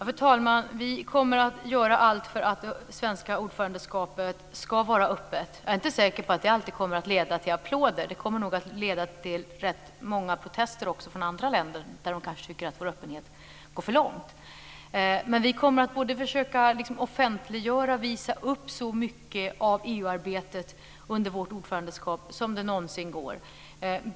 Fru talman! Vi kommer att göra allt för att det svenska ordförandeskapet ska vara öppet. Jag är inte säker på att det alltid kommer att leda till applåder. Det kommer nog att leda till rätt många protester också från andra länder där man kanske tycker att vår öppenhet går för långt. Men vi kommer att försöka offentliggöra, visa upp så mycket av EU-arbetet under vårt ordförandeskap som det någonsin går.